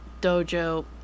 dojo